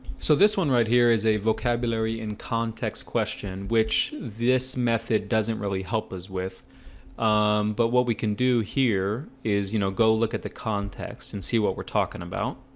so this one right here is a vocabulary in context question, which this method doesn't really help us with but what we can do here is you know, go look at the context and see what we're talking about